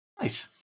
Nice